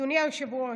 אדוני היושב-ראש,